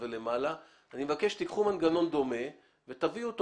אני מבקש שתיקחו מנגנון דומה ותביאו אותו